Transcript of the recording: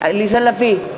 עליזה לביא,